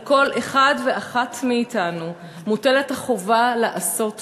על כל אחד ואחת מאתנו מוטלת החובה לעשות משהו,